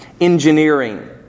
engineering